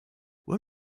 when